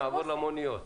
נעבור למוניות.